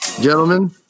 gentlemen